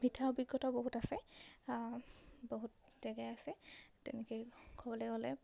মিঠা অভিজ্ঞতাও বহুত আছে বহুত জেগাই আছে তেনেকৈ ক'বলৈ গ'লে